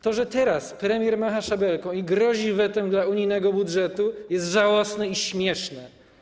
To, że teraz premier macha szabelką i grozi wetem dla unijnego budżetu, jest żałosne i śmieszne.